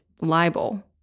libel